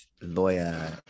lawyer